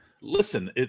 listen